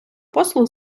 послуг